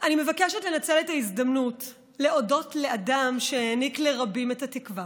אני מבקשת לנצל את ההזדמנות להודות לאדם שהעניק לרבים את התקווה,